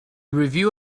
review